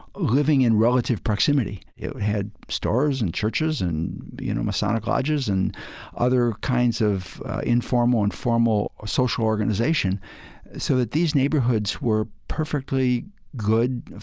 living in relative proximity. it had stores and churches and, you know, masonic lodges, and other kinds of informal and formal social organization so that these neighborhoods were perfectly good.